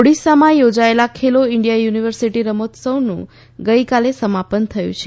ઓડીશામાં થોજાયેલા Khelo India university રમતોત્સવનું ગઈકાલે સમાપન થયું છે